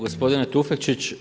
Gospodine Tufekčić.